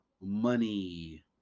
money